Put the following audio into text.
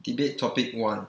debate topic one